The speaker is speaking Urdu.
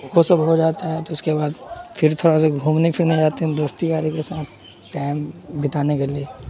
وہ سب ہو جاتا ہے تو اس کے بعد پھر تھوڑا سا گھومنے پھرنے جاتے ہیں دوستی یاری کے ساتھ ٹائم بتانے کے لیے